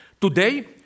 today